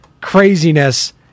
craziness